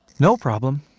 no problem.